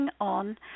on